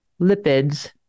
lipids